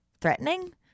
threatening